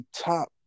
top